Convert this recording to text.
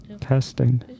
Testing